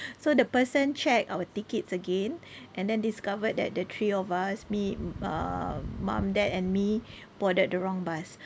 so the person checked our tickets again and then discovered that the three of us me uh mum dad and me boarded the wrong bus